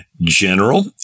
general